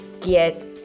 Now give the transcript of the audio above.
get